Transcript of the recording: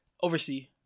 Oversee